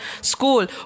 school